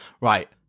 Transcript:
Right